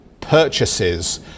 purchases